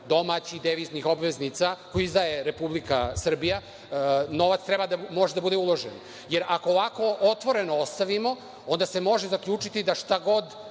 domaćih deviznih obveznica, koje izdaje Republika Srbija. Novac treba možda da bude uložen, jer ako ovako otvoreno ostavimo, onda se može zaključiti da šta god